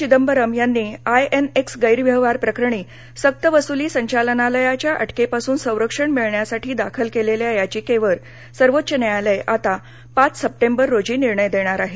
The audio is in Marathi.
चिदंबरम यांनी आयएनएक्स गैरव्यवहारप्रकरणी सक्त वसुली संचालनालयाच्या अटकेपासून संरक्षण मिळण्यासाठी दाखल केलेल्या याचिकेवर सर्वोच्च न्यायालय आता पाच सप्टेंबर रोजी निर्णय देणार आहे